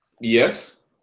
Yes